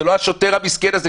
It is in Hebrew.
זה לא השוטר המסכן הזה,